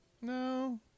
No